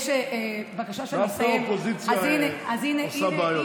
דווקא האופוזיציה עושה בעיות.